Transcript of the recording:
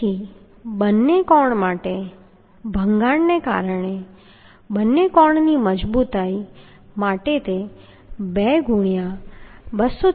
તેથી બંને કોણ માટે ભંગાણને કારણે બંને કોણની મજબૂતાઈ માટે તે 2 ગુણ્યાં 224